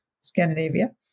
Scandinavia